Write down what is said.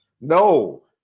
no